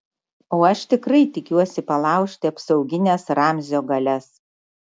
o aš tikrai tikiuosi palaužti apsaugines ramzio galias